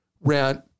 rent